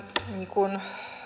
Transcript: kuin